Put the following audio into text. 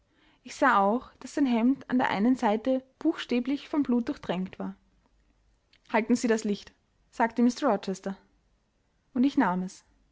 ich sah auch daß sein hemd an der einen seite buchstäblich von blut durchtränkt war halten sie das licht sagte mr rochester und ich nahm es